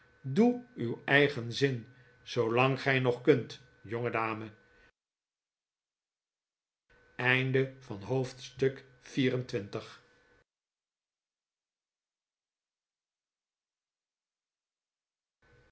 doe uw eigen zin zoolang gij nog kunt jongedame hoofdstuk xxv